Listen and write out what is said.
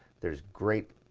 there's great,